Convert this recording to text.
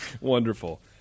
Wonderful